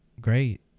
great